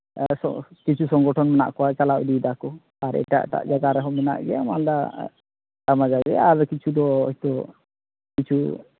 ᱟᱨ ᱠᱤᱪᱷᱩ ᱥᱚᱝᱜᱚᱴᱷᱚᱱ ᱢᱮᱱᱟᱜ ᱠᱚᱣᱟ ᱪᱟᱞᱟᱣ ᱤᱫᱤᱭ ᱫᱟᱠᱚ ᱟᱨ ᱮᱴᱟᱜ ᱮᱴᱟᱜ ᱡᱟᱭᱜᱟ ᱨᱮᱦᱚᱸ ᱢᱮᱱᱟᱜ ᱜᱮᱭᱟ ᱢᱟᱞᱫᱟ ᱟᱭᱢᱟ ᱡᱟᱭᱜᱟ ᱟᱨ ᱠᱤᱪᱷᱩ ᱫᱚ ᱦᱳᱭᱛᱳ ᱠᱤᱪᱷᱩ